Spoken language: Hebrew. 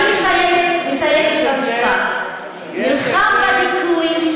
ואני מסיימת במשפט: נלחם בדיכוי,